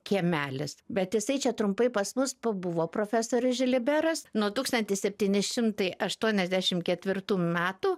kiemelis bet jisai čia trumpai pas mus pabuvo profesorius žiliberas nuo tūkstantis septyni šimtai aštuoniasdešim ketvirtų metų